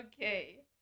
Okay